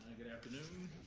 good afternoon.